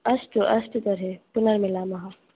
अस्तु अस्तु तर्हि पुनर्मिलामः